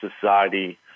society